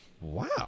Wow